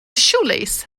shoelace